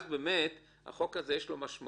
אז לחוק הזה יש משמעות,